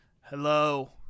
Hello